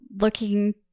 looking